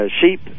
Sheep